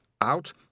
out